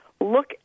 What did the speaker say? look